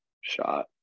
shot